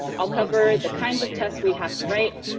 ah cover the kinds of tests we have to write,